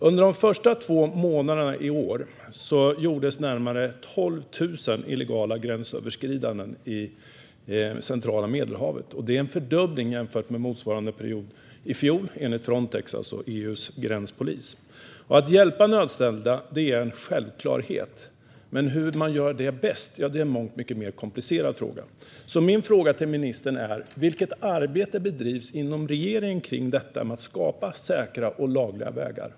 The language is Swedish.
Under de första två månaderna i år gjordes närmare 12 000 illegala gränsövergångar i centrala Medelhavet. Det är en fördubbling jämfört med motsvarande period i fjol, enligt Frontex, EU:s gränspolis. Att hjälpa nödställda är en självklarhet - men hur man gör det bäst är en mycket mer komplicerad fråga. Mina frågor till ministern är: Vilket arbete bedrivs inom regeringen kring detta med att skapa säkra och lagliga vägar?